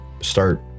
start